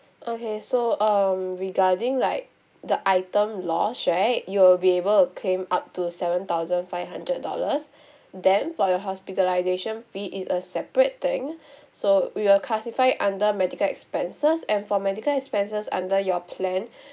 okay so um regarding like the item lost right you'll be able to claim up to seven thousand five hundred dollars then for your hospitalization fee it's a separate thing so we'll classify under medical expenses and for medical expenses under your plan